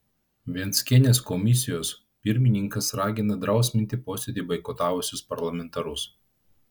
venckienės komisijos pirmininkas ragina drausminti posėdį boikotavusius parlamentarus